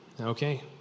Okay